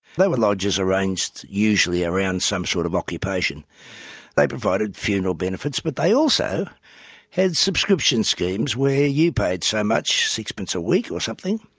they were lodges arranged usually around some sort of occupation they provided funeral benefits, but they also had subscription schemes where you paid so much, six d a week or something,